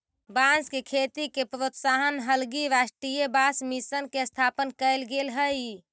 बाँस के खेती के प्रोत्साहन हलगी राष्ट्रीय बाँस मिशन के स्थापना कैल गेल हइ